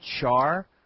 Char